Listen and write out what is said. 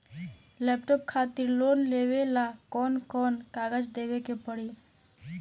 Laptop खातिर loan लेवे ला कौन कौन कागज देवे के पड़ी?